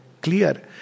clear